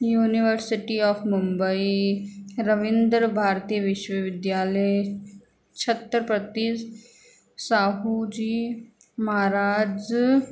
university of Mumbai Rabindra Bharati Vishwa Vidyalaya Chhatrapati Shahu ji Maharaj